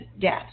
death